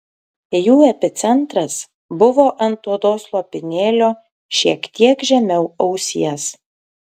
jų epicentras buvo ant odos lopinėlio šiek tiek žemiau ausies